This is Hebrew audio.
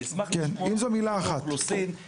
אני אשמח לשמוע מרשות האוכלוסין,